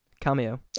Cameo